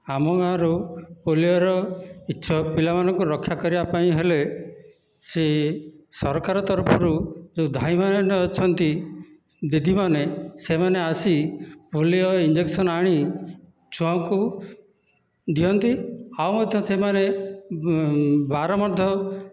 ଆମ ଗାଁରୁ ପୋଲିଓର ଇଚ୍ଛ ପିଲାମାନଙ୍କୁ ରକ୍ଷା କରିବା ପାଇଁ ହେଲେ ସେ ସରକାର ତରଫରୁ ଯେଉଁ ଧାଇ ମାନେ ଅଛନ୍ତି ଦିଦି ମାନେ ସେମାନେ ଆସି ପୋଲିଓ ଇଞ୍ଜେକ୍ସନ ଆଣି ଛୁଆଙ୍କୁ ଦିଅନ୍ତି ଆଉ ମଧ୍ୟ ସେମାନେ ବାର ମଧ୍ୟ